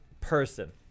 person